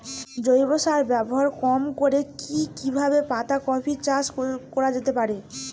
জৈব সার ব্যবহার কম করে কি কিভাবে পাতা কপি চাষ করা যেতে পারে?